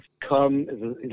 come